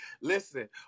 Listen